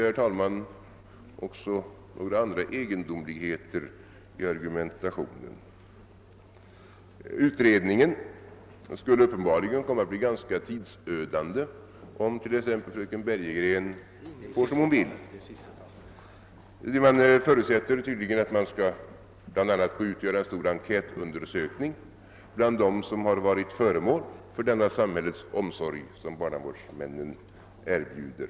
Jag vill också ta upp några andra egendomligheter i argumentationen. Ut redningen skulle komma att bli ganska tidsödande, om fröken Bergegren fick sin vilja igenom. Hon förutsätter tydligen att man bl.a. skall göra en stor enkät bland dem som varit föremål för samhällets omsorg, som barnavårdsmännen erbjuder.